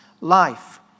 life